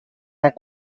rends